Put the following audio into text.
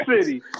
City